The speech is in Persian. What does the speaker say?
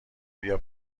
بیا